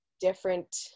different